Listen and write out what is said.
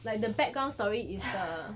like the background story is the